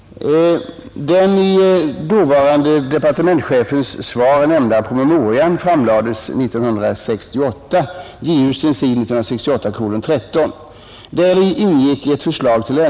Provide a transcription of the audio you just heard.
Så blev det dock inte.